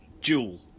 Jewel